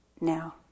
now